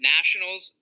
Nationals